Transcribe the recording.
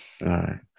Right